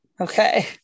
Okay